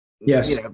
Yes